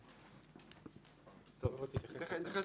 אני אתייחס